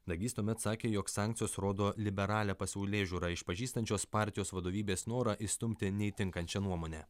dagys tuomet sakė jog sankcijos rodo liberalią pasaulėžiūrą išpažįstančios partijos vadovybės norą išstumti neįtinkančią nuomonę